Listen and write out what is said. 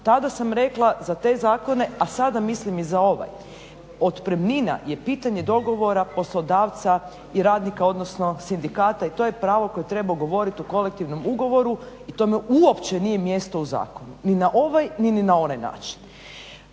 Tada sam rekla za te zakone a sada mislim i za ovaj, otpremnina je pitanje dogovora poslodavca i radnika odnosno sindikata i to je pravno koje treba govoriti o kolektivnom ugovoru i tome uopće nije mjesto u zakonu ni na ovaj ni na onaj način.